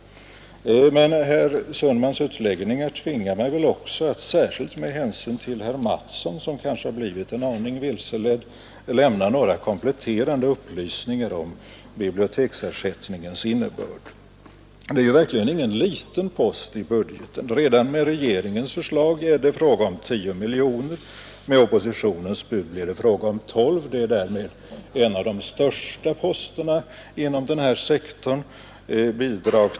Men herr Sundmans utläggningar tvingar mig väl också att särskilt med hänsyn till herr Mattsson, som kanske har blivit en aning vilseledd, lämna några kompletterande upplysningar om biblioteksersättningens innebörd. Biblioteksersättningen är verkligen ingen liten post i budgeten. Redan med regeringens förslag är det fråga om 10 miljoner kronor; med oppositionens bud blir det fråga om 12 miljoner kronor. Den är därmed en av de största posterna inom denna sektor.